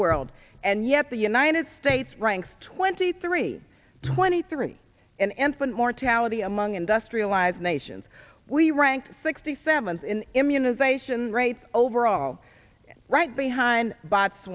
world and yet the united states ranks twenty three twenty three and one mortality among industrialized nations we ranked sixty seventh in immunization rates over all right behind bo